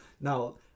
Now